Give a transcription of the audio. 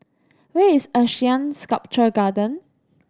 where is ASEAN Sculpture Garden